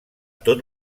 tot